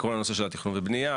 כל הנושא של תכנון ובנייה,